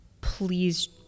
Please